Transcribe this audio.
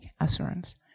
assurance